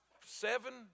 seven